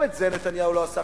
גם את זה נתניהו לא עשה.